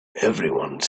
everyone